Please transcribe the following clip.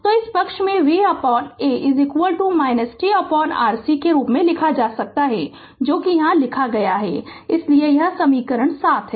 तो इस पक्ष को में VA tRC के रूप में लिखा जा सकता है जो कि यहाँ लिखा गया है इसलिए तो यह समीकरण 7 है